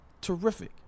terrific